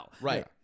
right